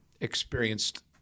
experienced